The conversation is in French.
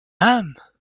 âme